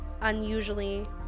unusually